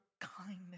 kindness